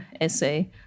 essay